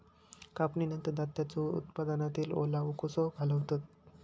कापणीनंतर धान्यांचो उत्पादनातील ओलावो कसो घालवतत?